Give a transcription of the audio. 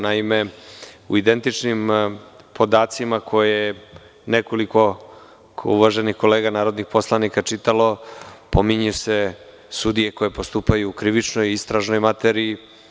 Naime, u identičnim podacima koje je nekoliko uvaženih kolega narodnih poslanika čitalo pominju se sudije koje postupaju u krivičnoj i istražnoj materiji.